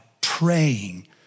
praying